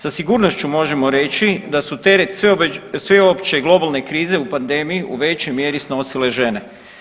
Sa sigurnošću možemo reći da su te sveopće globalne krize u pandemiji u većoj mjeri snosile žene.